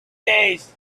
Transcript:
days